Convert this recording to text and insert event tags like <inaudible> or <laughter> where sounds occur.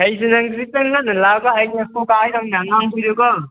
ꯑꯩꯁꯨ ꯅꯪ ꯈꯤꯇꯪ ꯉꯟꯅ ꯂꯥꯛꯀꯦꯔꯥ <unintelligible> ꯑꯉꯥꯡ ꯈꯣꯏꯁꯨꯀꯣ